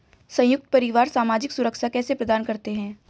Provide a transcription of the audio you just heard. संयुक्त परिवार सामाजिक सुरक्षा कैसे प्रदान करते हैं?